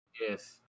Yes